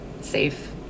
safe